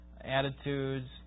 attitudes